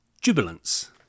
Jubilance